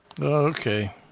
Okay